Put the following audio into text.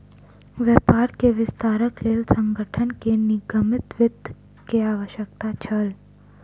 व्यापार के विस्तारक लेल संगठन के निगमित वित्त के आवश्यकता छल